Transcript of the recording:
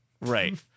Right